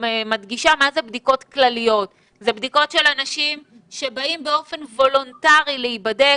מדגישה שבדיקות כלליות זה בדיקות של אנשים שבאים באופן וולונטרי להיבדק,